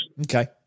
Okay